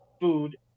food